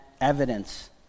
evidence